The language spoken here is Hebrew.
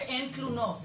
שאין תלונות,